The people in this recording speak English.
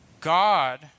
God